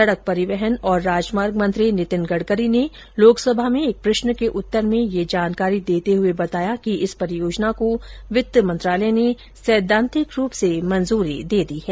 सड़क परिवहन और राजमार्ग मंत्री नितिन गडकरी ने लोकसभा में एक प्रश्न के उत्तर में यह जानकारी देते हुए कहा कि इस परियोजना को वित्त मंत्रालय ने सैद्वान्तिक रूप से मंजूरी दे दी है